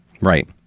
Right